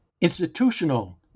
institutional